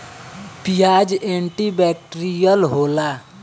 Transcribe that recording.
पियाज anti bacterial होला